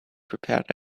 prepared